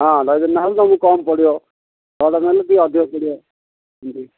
ହଁ ଡଜନ ହେଲେ ତୁମକୁ କମ୍ ପଡ଼ିବ ଛଅଟା ନେଲେ ଟିକେ ଅଧିକ ପଡ଼ିବ ଏମିତି